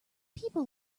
people